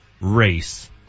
race